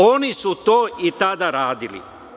Oni su to i tada radili.